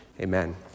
amen